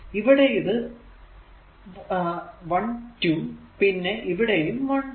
ഇവിടെ ഇത് 1 2 പിന്നെ ഇവിടെയും 1 2